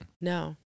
No